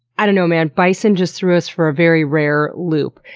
i don't know man, bison just threw us for a very rare loop.